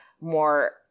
more